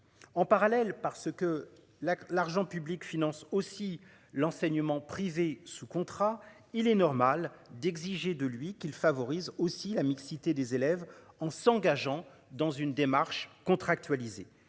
En parallèle, parce que la l'argent public finance aussi l'enseignement privé sous contrat, il est normal d'exiger de lui qu'il favorise aussi la mixité des élèves, en s'engageant dans une démarche contractualisé.